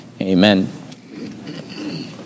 Amen